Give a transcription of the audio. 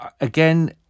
again